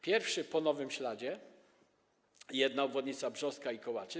Pierwszy - po nowym śladzie, jedna obwodnica Brzostka i Kołaczyc.